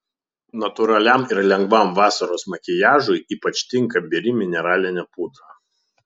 natūraliam ir lengvam vasaros makiažui ypač tinka biri mineralinė pudra